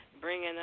Bringing